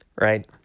right